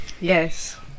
Yes